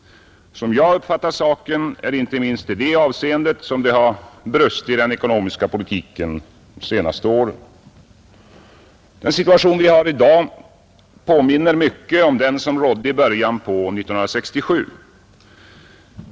Som jag uppfattar saken är det inte minst i det avseendet som det har brustit i den ekonomiska politiken de senaste åren. Den situation vi har i dag påminner mycket om den som rådde i början av år 1967.